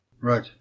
right